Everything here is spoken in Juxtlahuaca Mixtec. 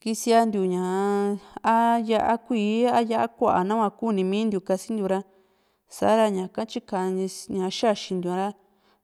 kisiantiu ñaa a yá´a kuíí a yá´a ku´a nahua kunimintiu kasintiu ra sa´ra ñaka tyikantiu xaxintiu ña ra